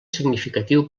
significatiu